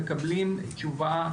מקבלים תשובה,